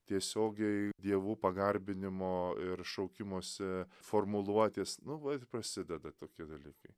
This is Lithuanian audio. tiesiogiai dievų pagarbinimo ir šaukimosi formuluotės nu vat prasideda tokie dalykai